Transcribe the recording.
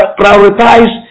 prioritize